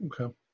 Okay